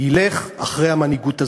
ילך אחרי המנהיגות הזאת.